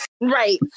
right